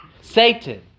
Satan